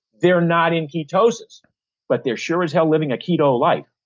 they're not in ketosis but they're sure as hell living a keto life.